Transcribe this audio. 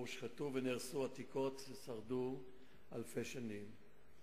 שבו הושחתו ונהרסו עתיקות ששרדו אלפי שנים.